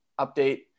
update